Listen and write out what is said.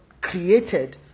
created